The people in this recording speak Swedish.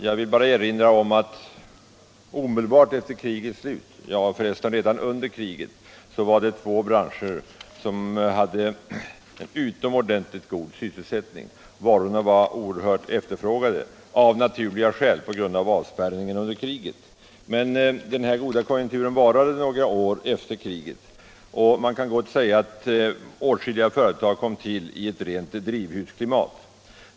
Jag vill bara erinra om att omedelbart efter krigets slut, ja, för resten redan under kriget, hade dessa branscher en utomordentligt god sysselsättning. Varorna var av naturliga skäl oerhört efterfrågade på grund av avspärrningen under kriget, men den goda konjunkturen varade även några år efter kriget, och man kan gott säga att åtskilliga företag kom till i ett rent drivhusklimat.